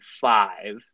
five